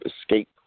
escape